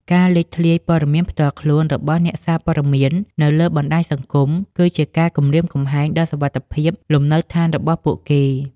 ការលេចធ្លាយព័ត៌មានផ្ទាល់ខ្លួន របស់អ្នកសារព័ត៌មាននៅលើបណ្តាញសង្គម គឺជាការគំរាមកំហែងដល់សុវត្ថិភាពលំនៅដ្ឋានរបស់ពួកគេ។